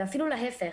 ואפילו להפך,